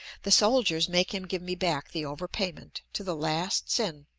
the soldiers make him give me back the over-payment, to the last tsin.